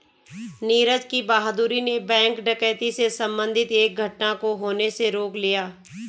नीरज की बहादूरी ने बैंक डकैती से संबंधित एक घटना को होने से रोक लिया